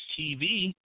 TV